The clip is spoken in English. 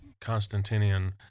Constantinian